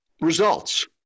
results